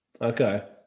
Okay